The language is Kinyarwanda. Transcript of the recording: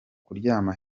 kuryama